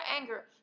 anger